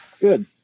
Good